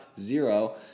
zero